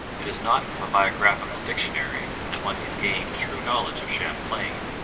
it is not from a biographical dictionary that one can gain true knowledge of champlain,